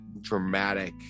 dramatic